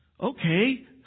Okay